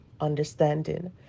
understanding